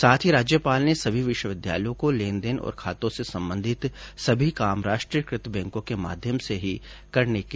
साथ ही राज्यपाल ने सभी विश्वविद्यालयों को लेन देन और खातों से संबंधित सभी काम राष्ट्रीयकृत बैंकों के माध्यम से ही करने के निर्देश दिए